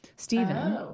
Stephen